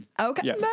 Okay